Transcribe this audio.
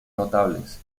notables